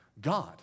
God